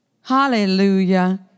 Hallelujah